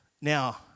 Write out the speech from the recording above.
now